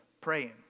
praying